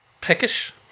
Peckish